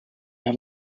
have